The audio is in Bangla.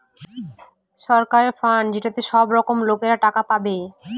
সরকারের ফান্ড যেটাতে সব লোকরা টাকা পাবে